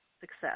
success